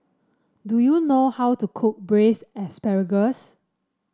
do you know how to cook braise asparagus